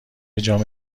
جام